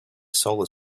solar